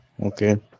Okay